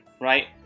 right